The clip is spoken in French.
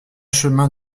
chemin